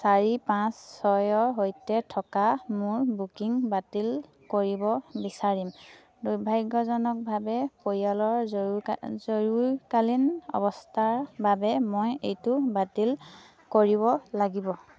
চাৰি পাঁচ ছয়ৰ সৈতে থকা মোৰ বুকিং বাতিল কৰিব বিচাৰিম দুৰ্ভাগ্যজনকভাৱে পৰিয়ালৰ জৰুৰীকালীন জৰুৰীকালীন অৱস্থাৰ বাবে মই এইটো বাতিল কৰিব লাগিব